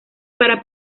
para